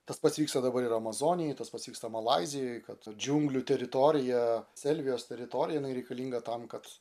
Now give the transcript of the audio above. tas pats vyksta dabar ir amazonėj tas pats vyksta malaizijoj kad džiunglių teritorija selvijos teritorija jinai reikalinga tam kad